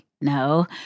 No